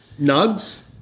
Nugs